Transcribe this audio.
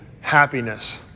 happiness